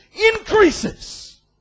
increases